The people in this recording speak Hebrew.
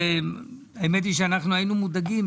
האמת היא שאנחנו היינו מודאגים,